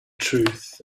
truth